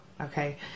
okay